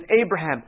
Abraham